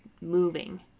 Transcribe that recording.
moving